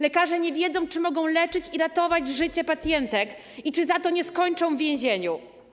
Lekarze nie wiedzą, czy mogą leczyć i ratować życie pacjentek i czy za to nie skończą w więzieniu.